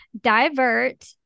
divert